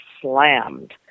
slammed